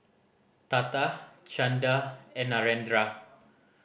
Tata Chanda and Narendra